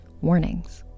warnings